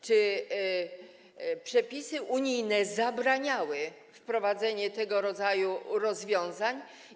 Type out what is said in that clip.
Czy przepisy unijne zabraniały wprowadzenia tego rodzaju rozwiązań?